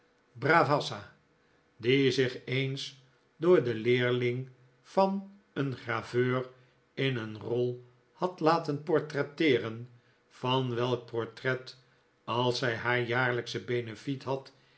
bravassa die zich eens door den leerling van een graveur in een rol had laten portretteeren van welk portret als zij haar jaarlijksch benefiet had